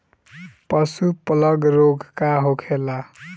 पशु प्लग रोग का होखेला?